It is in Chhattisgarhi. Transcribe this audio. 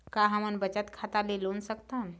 का हमन बचत खाता ले लोन सकथन?